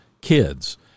kids